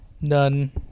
None